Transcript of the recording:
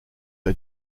are